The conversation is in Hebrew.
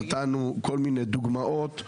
נתנו כל מיני דוגמאות,